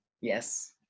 Yes